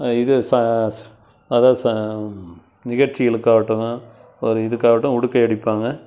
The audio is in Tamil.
இது சாஸ் அதா ச நிகழ்ச்சிகளுக்காகட்டுங்க ஒரு இதுக்காகட்டும் உடுக்கை அடிப்பாங்க